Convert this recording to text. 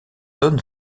donne